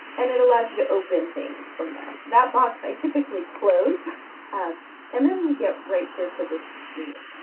and it allows you to open things from there. that box i typically close um and then you get right here to this screen.